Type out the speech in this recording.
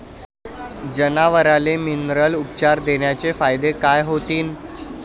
जनावराले मिनरल उपचार देण्याचे फायदे काय होतीन?